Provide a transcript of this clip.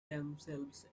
themselves